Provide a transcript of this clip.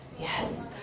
Yes